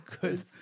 good